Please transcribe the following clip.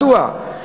מדוע?